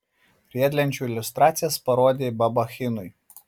riedlenčių iliustracijas parodė babachinui